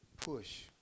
push